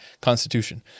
constitution